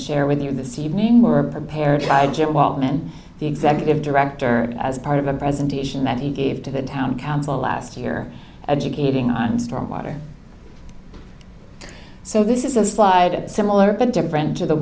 share with you this evening more prepared by jim walton the executive director as part of a presentation that he gave to the town council last year educating on storm water so this is a slide similar but different to the